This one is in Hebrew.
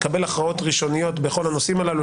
לקבל הכרעות ראשוניות בכל הנושאים הללו,